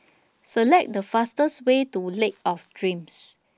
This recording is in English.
Select The fastest Way to Lake of Dreams